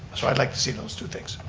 so i'd like to see those two things.